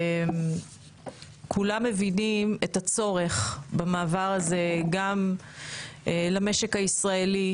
כולם מבינים את הצורך במעבר הזה גם למשק הישראלי,